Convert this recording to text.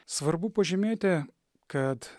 svarbu pažymėti kad